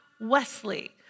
Wesley